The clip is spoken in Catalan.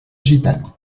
gitano